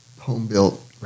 home-built